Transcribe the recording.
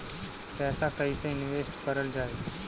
पैसा कईसे इनवेस्ट करल जाई?